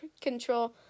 control